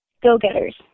Go-getters